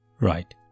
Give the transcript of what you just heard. Right